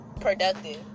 productive